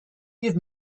give